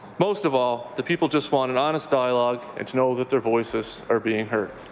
most of all, the people just want an honest dialogue and to know that their voices are being heard.